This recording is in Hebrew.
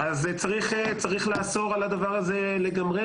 צריך לאסור על הדבר הזה לגמרי.